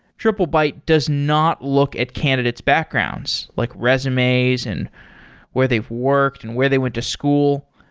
triplebyte does not look at candidate's backgrounds, like resumes and where they've worked and where they went to school.